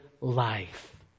life